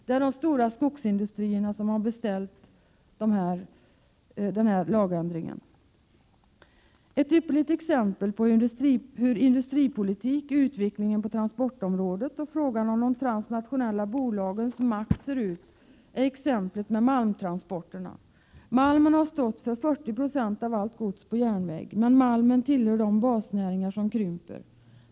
Det är de stora skogsindustrierna som har beställt denna lagändring. Ett ypperligt exempel på hur industripolitik, utvecklingen på transportområdet och frågan om de transnationella bolagens makt ser ut är malmtransporterna. Malmen har stått för 40 96 av allt gods på järnväg. Men malmen tillhör de basnäringar som krymper.